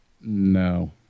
no